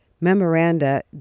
Memoranda